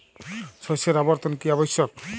শস্যের আবর্তন কী আবশ্যক?